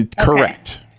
correct